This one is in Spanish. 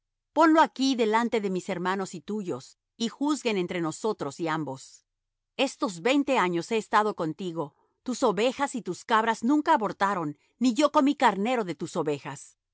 ponlo aquí denlante de mis hermanos y tuyos y juzguen entre nosotros ambos estos veinte años he estado contigo tus ovejas y tus cabras nunca abortaron ni yo comí carnero de tus ovejas